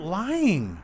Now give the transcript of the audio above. lying